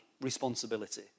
responsibility